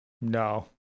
no